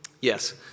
Yes